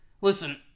Listen